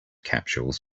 capsules